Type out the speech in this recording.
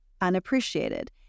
unappreciated